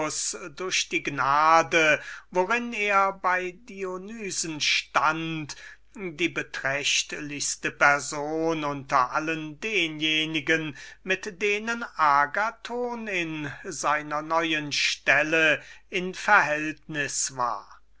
durch die gnade worin er bei dionysen stund die beträchtlichste person unter allen denjenigen mit denen agathon in seiner neuen stelle mehr oder weniger in verhältnis war